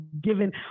given